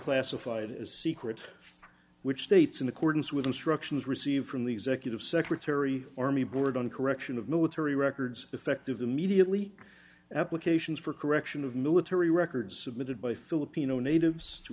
classified as secret which states in accordance with instructions received from the executive secretary army board on correction of military records effective immediately applications for correction of military records submitted by filipino natives to